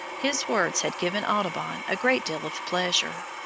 his words had given audubon a great deal of pleasure.